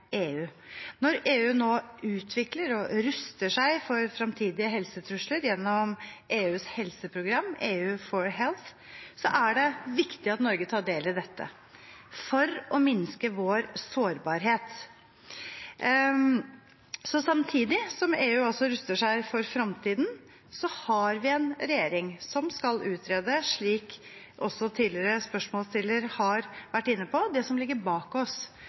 EU. Når EU nå utvikler og ruster seg for fremtidige helsetrusler gjennom EUs helseprogram, EU4health, er det viktig at Norge tar del i dette for å minske vår sårbarhet. Samtidig som EU ruster seg for fremtiden, har vi en regjering som skal utrede – slik også tidligere spørsmålsstiller har vært inne på – det som ligger bak oss.